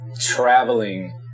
traveling